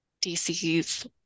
dc's